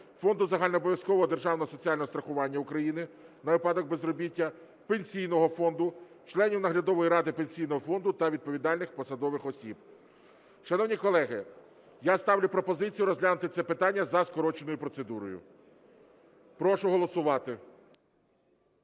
Фонду загальнообов'язкового державного соціального страхування України на випадок безробіття, Пенсійного фонду, членів Наглядової ради Пенсійного фонду та відповідальних посадових осіб. Шановні колеги, я ставлю пропозицію розглянути це питання за скороченою процедурою. Прошу голосувати.